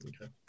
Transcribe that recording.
Okay